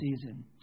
season